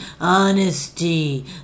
Honesty